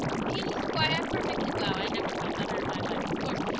me! why, i'm perfectly well. i never felt better in my life. of course,